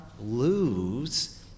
lose